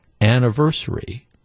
anniversary